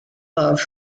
love